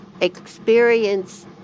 experience